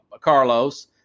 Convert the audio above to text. Carlos